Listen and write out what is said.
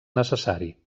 necessari